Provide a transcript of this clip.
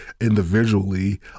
individually